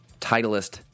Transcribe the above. titleist